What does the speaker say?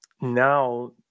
now